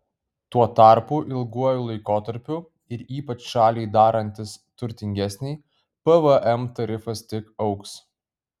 tuo tarpu ilguoju laikotarpiu ir ypač šaliai darantis turtingesnei pvm tarifas tik augs